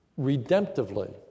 redemptively